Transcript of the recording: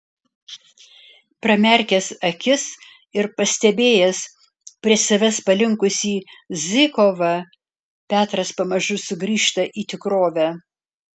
pramerkęs akis ir pastebėjęs prie savęs palinkusį zykovą petras pamažu sugrįžta į tikrovę